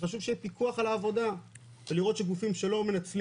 שחשוב שיהיה פיקוח על העבודה ולראות שגופים שלא מנצלים